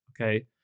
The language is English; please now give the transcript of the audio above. Okay